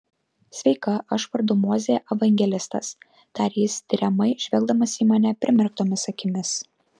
sveika aš vardu mozė evangelistas tarė jis tiriamai žvelgdamas į mane primerktomis akimis